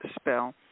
spell